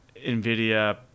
NVIDIA